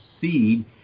seed